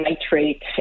nitrate